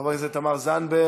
חברת הכנסת תמר זנדברג,